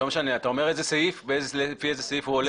לא משנה, אתה אומר לפי איזה סעיף הוא עולה?